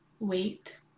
Wait